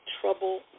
Trouble